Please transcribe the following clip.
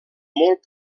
molt